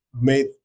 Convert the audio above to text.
made